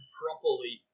properly